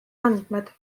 andmed